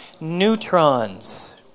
neutrons